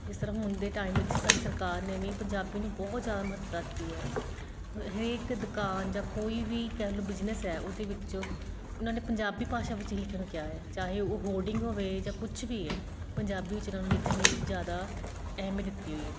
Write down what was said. ਜਿਸ ਤਰਾਂ ਹੁਣ ਦੇ ਟਾਈਮ ਵਿੱਚ ਸਾਡੀ ਸਰਕਾਰ ਨੇ ਵੀ ਪੰਜਾਬੀ ਨੂੰ ਬਹੁਤ ਜ਼ਿਆਦਾ ਮਹੱਤਤਾ ਦਿੱਤੀ ਹੈ ਹ ਹਰੇਕ ਦੁਕਾਨ ਜਾਂ ਕੋਈ ਵੀ ਕਹਿ ਲਉ ਬਿਜ਼ਨਸ ਹੈ ਉਹਦੇ ਵਿੱਚ ਉਹਨਾਂ ਨੇ ਪੰਜਾਬੀ ਭਾਸ਼ਾ ਵਿੱਚ ਹੀ ਲਿਖਣ ਕਿਹਾ ਹੈ ਚਾਹੇ ਉਹ ਹੋਡਿੰਗ ਹੋਵੇ ਜਾਂ ਕੁਛ ਵੀ ਏ ਪੰਜਾਬੀ ਵਿੱਚ ਇਹਨਾਂ ਨੂੰ ਲਿਖਣ ਲਈ ਜ਼ਿਆਦਾ ਅਹਿਮੀਅਤ ਦਿੱਤੀ ਹੋਈ ਹੈ